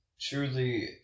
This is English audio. truly